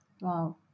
Wow